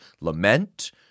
lament